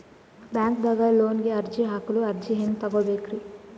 ಬ್ಯಾಂಕ್ದಾಗ ಲೋನ್ ಗೆ ಅರ್ಜಿ ಹಾಕಲು ಅರ್ಜಿ ಹೆಂಗ್ ತಗೊಬೇಕ್ರಿ?